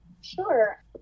Sure